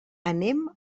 anem